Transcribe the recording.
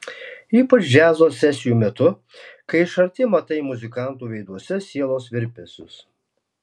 ypač džiazo sesijų metu kai iš arti matai muzikantų veiduose sielos virpesius